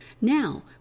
Now